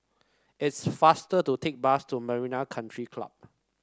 it's faster to take bus to Marina Country Club